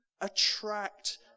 attract